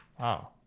Wow